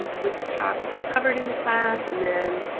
um with the topics covered in the class and then